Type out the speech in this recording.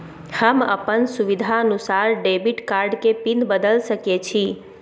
हम अपन सुविधानुसार डेबिट कार्ड के पिन बदल सके छि?